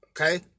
Okay